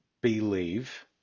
believe